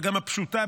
וגם הפשוטה,